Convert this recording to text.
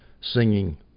singing